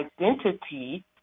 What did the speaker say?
identity